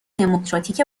دموکراتیک